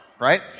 right